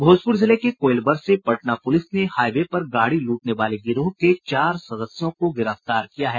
भोजपुर जिले के कोइलवर से पटना पुलिस ने हाई वे पर गाड़ी लूटने वाले गिरोह के चार सदस्यों को गिरफ्तार किया है